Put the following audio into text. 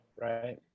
right